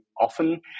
often